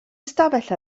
ystafell